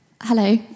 hello